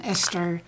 Esther